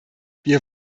wir